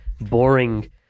boring